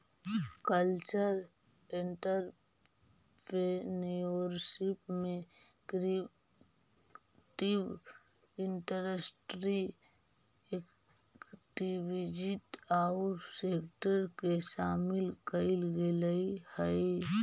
cultural entrepreneurship में creative industry activities औउर sector के शामिल कईल गेलई हई